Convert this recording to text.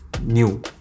new